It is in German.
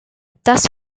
das